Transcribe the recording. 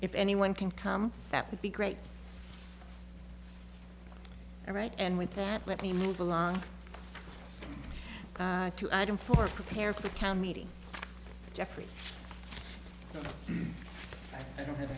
if anyone can come that would be great right and with that let me move along to adam for prepare for the count meeting jeffrey i don't have